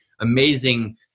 amazing